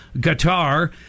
guitar